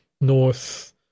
north